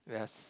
where as